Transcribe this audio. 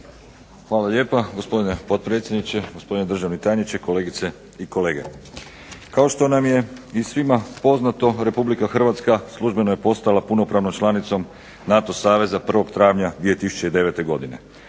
Hvala lijepa gospodine potpredsjedniče, gospodine državni tajniče, kolegice i kolege. Kao što nam je i svima poznato Republika Hrvatska službeno je postala punopravnom članicom NATO saveza 1. travnja 2009. godine